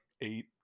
eight